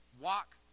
Walk